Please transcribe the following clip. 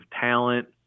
talent